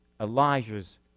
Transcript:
Elijah's